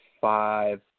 five